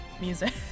music